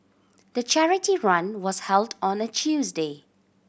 the charity run was held on a Tuesday